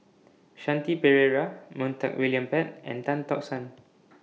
Shanti Pereira Montague William Pett and Tan Tock San